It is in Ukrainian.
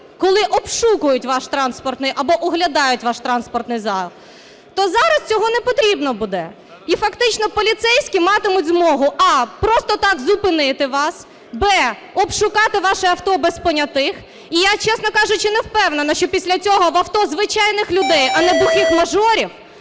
коли обшукують ваш транспортний або оглядають ваш транспортний засіб, то зараз цього непотрібно буде. І фактично поліцейські матимуть змогу: а) просто так зупинити вас, б) обшукати ваше авто без понятих. І я, чесно кажучи, не впевнена, що після цього в авто звичайних людей, а не бухих мажорів,